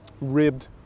ribbed